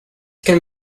can